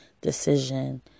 decision